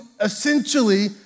essentially